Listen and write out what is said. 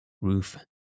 roof